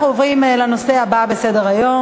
אנחנו עוברים לנושא הבא בסדר-היום: